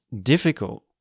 difficult